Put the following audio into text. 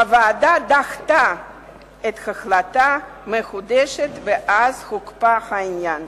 הוועדה דחתה את ההחלטה בחודשיים ואז הוקפא העניין.